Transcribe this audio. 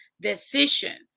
decision